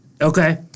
Okay